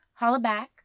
Hollaback